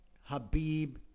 Habib